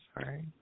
sorry